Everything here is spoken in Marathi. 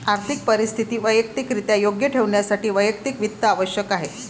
आर्थिक परिस्थिती वैयक्तिकरित्या योग्य ठेवण्यासाठी वैयक्तिक वित्त आवश्यक आहे